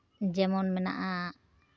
ᱡᱮᱢᱚᱱ ᱢᱮᱱᱟᱜᱼᱟ